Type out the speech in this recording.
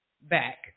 back